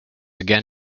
again